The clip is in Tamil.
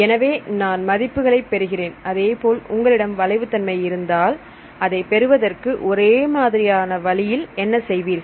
எனவே நான் மதிப்புகளை பெறுகிறேன் அதேபோல் உங்களிடம் வளைவு தன்மை இருந்தால் அதைப் பெறுவதற்கு ஒரே மாதிரியான வழியில் என்ன செய்வீர்கள்